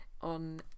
on